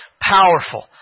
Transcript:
powerful